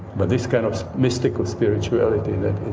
but this kind of mystical spirituality and